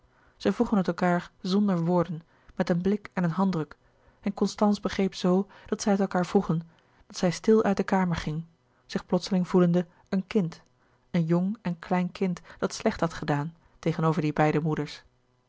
zij vroegen het elkaâr zonder woorden met een blik en een handdruk en constance begreep z dat zij het elkaâr vroegen dat zij stil uit de kamer ging zich plotseling voelende een louis couperus de boeken der kleine zielen kind een jong en klein kind dat slecht had gedaan tegenover die beide moeders